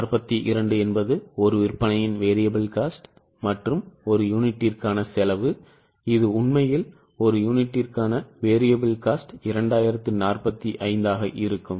42 என்பது ஒரு விற்பனையின் variable cost மற்றும் ஒரு யூனிட்டிற்கான செலவு இது உண்மையில் ஒரு யூனிட்டிற்கான variable cost 2045 ஆக இருக்கும்